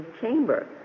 chamber